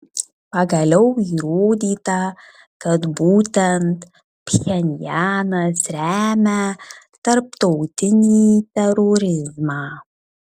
pagaliau įrodyta kad būtent pchenjanas remia tarptautinį terorizmą